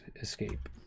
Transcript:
escape